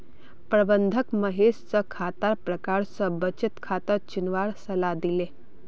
प्रबंधक महेश स खातार प्रकार स बचत खाता चुनवार सलाह दिले